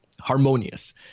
Harmonious